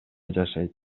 жашайт